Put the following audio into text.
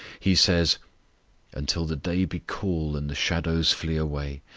he says until the day be cool, and the shadows flee away,